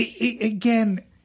Again